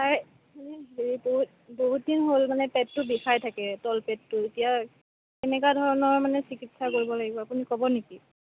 তাইৰ বহুত বহুত বহুত দিন হ'ল মানে পেটটো বিষাই থাকে তলপেটটো এতিয়া কেনেকুৱা ধৰণৰ মানে চিকিৎসা কৰিব লাগিব আপুনি ক'ব নেকি